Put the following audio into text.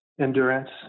endurance